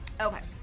Okay